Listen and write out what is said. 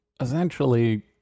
essentially